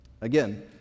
again